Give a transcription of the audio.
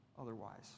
otherwise